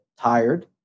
tired